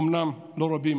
אומנם לא רבים,